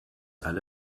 alle